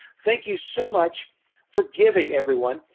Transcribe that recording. thank you so much for giving everyone.